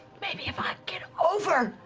maybe if i get over,